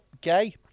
Gay